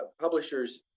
publishers